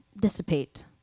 dissipate